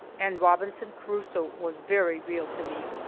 and robinson crusoe was very real to me.